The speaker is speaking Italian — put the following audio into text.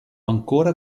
ancora